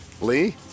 Lee